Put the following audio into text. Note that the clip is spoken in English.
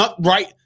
Right